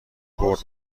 برد